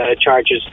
charges